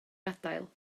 gadael